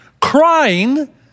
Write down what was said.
crying